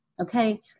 okay